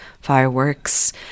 fireworks